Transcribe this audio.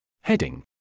Heading